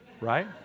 right